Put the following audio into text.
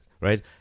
right